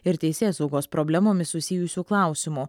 ir teisėsaugos problemomis susijusių klausimų